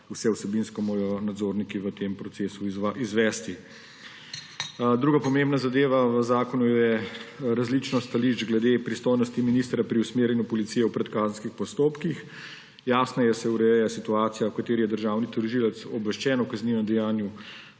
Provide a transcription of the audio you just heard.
vse vsebinsko morajo nadzorniki v tem procesu izvesti. Druga pomembna zadeva v zakonu je različnost stališč glede pristojnosti ministra pri usmerjanju policije v predkazenskih postopkih. Jasneje se ureja situacija, v kateri je državni tožilec obveščen o kaznivem dejanju,